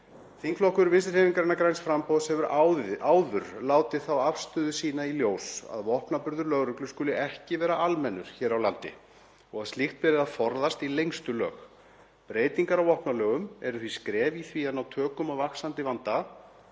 Þingflokkur Vinstrihreyfingarinnar – græns framboðs hefur áður látið þá afstöðu sína í ljós að vopnaburður lögreglu skuli ekki vera almennur hér á landi og að slíkt beri að forðast í lengstu lög. Breytingar á vopnalögum eru því skref í því að ná tökum á vaxandi vanda.